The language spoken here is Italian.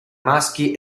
maschi